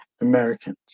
Americans